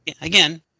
Again